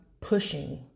pushing